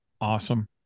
Awesome